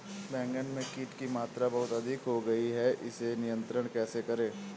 बैगन में कीट की मात्रा बहुत अधिक हो गई है इसे नियंत्रण कैसे करें?